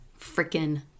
freaking